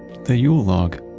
the yule log